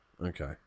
okay